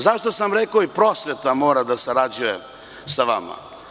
Zašto sam rekao i prosveta mora da sarađuje sa vama?